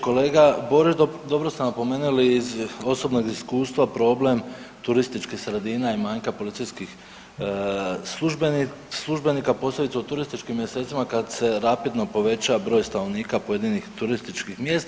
Kolega Borić, dobro ste napomenuli iz osobnog iskustva problem turističkih sredina i manjka policijskih službenika, posebice u turističkim mjesecima kad se rapidno poveća broj stanovnika pojedinih turističkih mjesta.